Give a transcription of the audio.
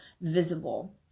visible